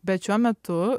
bet šiuo metu